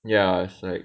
ya it's like